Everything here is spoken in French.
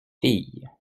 filles